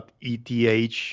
.eth